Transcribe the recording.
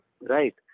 Right